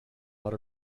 out